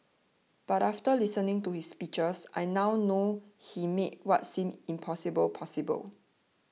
but after listening to his speeches I now know he made what seemed impossible possible